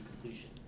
completion